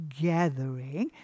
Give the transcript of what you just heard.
gathering